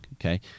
Okay